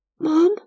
Mom